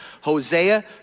Hosea